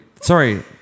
sorry